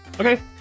Okay